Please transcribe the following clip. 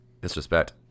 disrespect